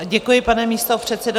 Děkuji, pane místopředsedo.